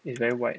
it's very wide